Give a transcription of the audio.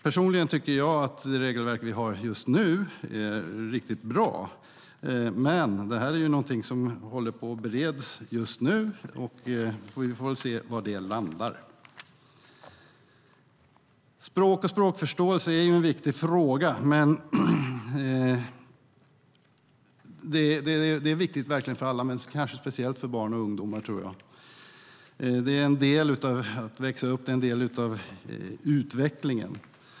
Personligen tycker jag att det regelverk vi har just nu är riktigt bra. Men det här är ju någonting som håller på att beredas just nu. Vi får väl se var det landar. Språk och språkförståelse är en viktig fråga. Det är verkligen viktigt för alla, men kanske speciellt för barn och ungdomar, tror jag. Det är en del av att växa upp. Det är en del av utvecklingen.